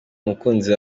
umukunzi